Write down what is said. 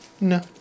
no